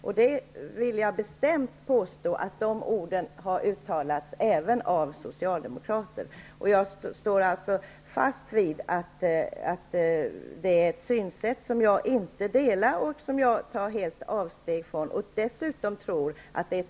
Jag vill bestämt hävda att de orden har uttalats även av Socialdemokraterna. Jag håller fast vid att det är ett synsätt som jag inte delar och som jag helt tar avstånd från.